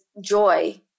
joy